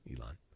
Elon